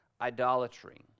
idolatry